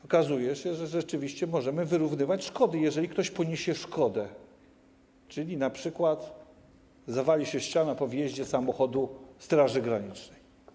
Okazuje się, że rzeczywiście możemy wyrównywać szkody, jeżeli ktoś poniesie szkodę, czyli np. zawali się ściana po wjeździe samochodu Straży Granicznej.